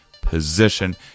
position